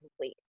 complete